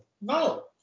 No